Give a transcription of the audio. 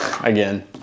again